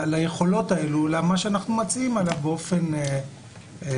ליכולות האלה, למה שאנחנו מציעים באופן יציב.